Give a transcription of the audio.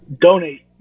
donate